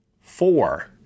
Four